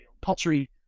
pottery